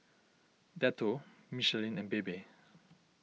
Dettol Michelin and Bebe